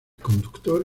conductor